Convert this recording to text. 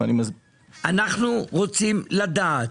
אנחנו רוצים לדעת